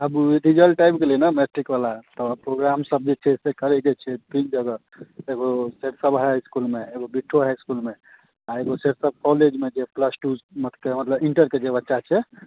आब रिजल्ट आबि गेलै ने मैट्रिकवला तऽ प्रोग्रामसभ जे छै से करयके छै तीन जगह एगो सरिसव हाइ इस्कुलमे एगो बिट्ठो हाइ इस्कुलमे आ एगो सरिसव कॉलेजमे जे प्लस टू मतलब इण्टरके जे बच्चा छै